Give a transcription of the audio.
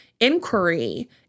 Inquiry